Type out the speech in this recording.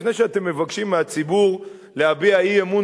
לפני שאתם מבקשים מהציבור להביע אי-אמון